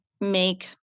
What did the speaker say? make